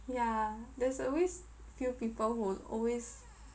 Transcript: yeah there's always few people who always